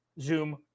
Zoom